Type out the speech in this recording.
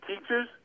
teachers